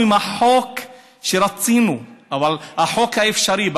עם החוק שרצינו אלא עם החוק האפשרי.